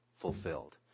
fulfilled